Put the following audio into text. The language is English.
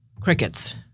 crickets